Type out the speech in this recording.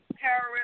terrorism